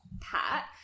pat